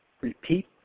repeat